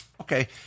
Okay